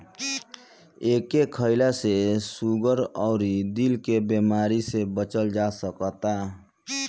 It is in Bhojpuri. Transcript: एके खईला से सुगर अउरी दिल के बेमारी से बचल जा सकता